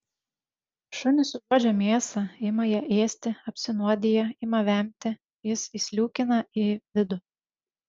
šunys užuodžia mėsą ima ją ėsti apsinuodija ima vemti jis įsliūkina į vidų